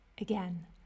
again